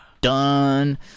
Done